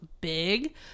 big